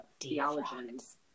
theologians